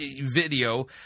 video